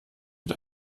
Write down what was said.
mit